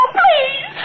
please